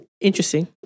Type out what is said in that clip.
interesting